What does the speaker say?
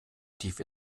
tief